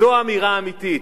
זו האמירה האמיתית.